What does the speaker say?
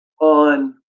on